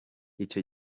icyo